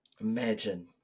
imagine